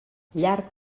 llarg